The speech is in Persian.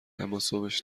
اماصبش